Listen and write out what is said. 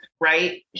right